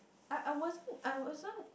I I wasn't I wasn't